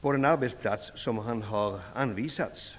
på den arbetsplats som de har anvisats.